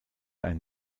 ein